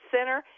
Center